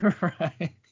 Right